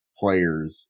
players